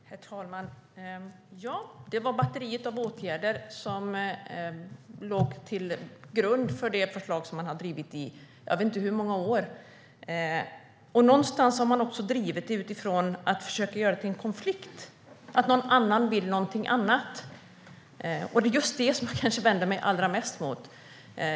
Herr talman! Ja, det var batteriet av åtgärder som låg till grund för det förslag som man har drivit i jag vet inte hur många år. Någonstans har man också drivit det här utifrån att försöka göra det till en konflikt, till att någon annan vill någonting annat. Det är just det jag allra mest vänder mig mot.